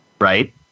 Right